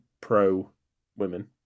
pro-women